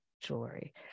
jewelry